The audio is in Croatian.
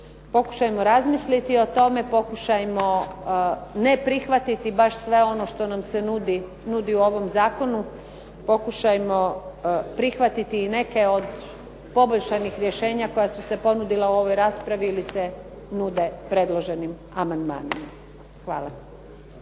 Pokušajmo razmisliti o tome, pokušajmo ne prihvatiti baš sve ono što nam se nudi u ovom zakonu, pokušajmo prihvatiti neke od poboljšanih rješenja koja su se ponudila u ovoj raspravi ili se nude predloženim amandmanima. Hvala.